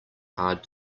hard